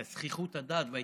את זחיחות הדעת וההתנשאות,